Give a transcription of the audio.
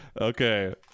Okay